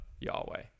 Yahweh